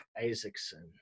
Isaacson